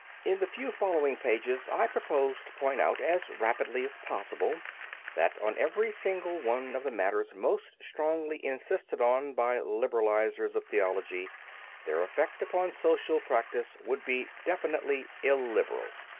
in the few following pages i propose to point out as rapidly as possible that on every single one of the matters most strongly insisted on by liberalisers of theology their effect upon social practice would be definitely illiberal.